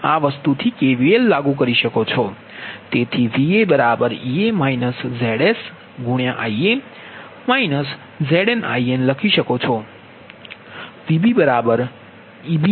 તેથી તમે VaEa ZsIa ZnIn લખી શકો છો